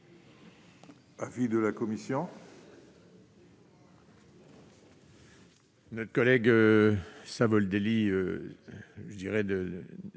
l'avis de la commission ?